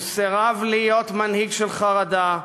הוא סירב להיות מנהיג של חרדה.